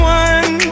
one